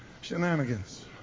shenanigans